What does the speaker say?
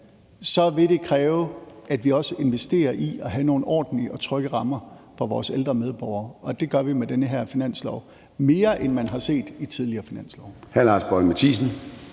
år, vil det kræve, at vi også investerer i at have nogle ordentlige og trygge rammer for vores ældre medborgere. Det gør vi med den her finanslov, mere end man har set i tidligere finanslove.